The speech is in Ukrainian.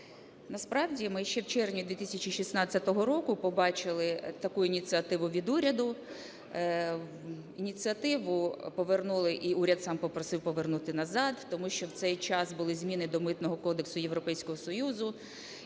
Насправді, ми ще в червні 2016 року побачили таку ініціативу від уряду, ініціативу повернули, і уряд сам попросив повернути назад, тому що в цей час були зміни до Митного кодексу Європейського Союзу.